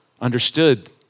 understood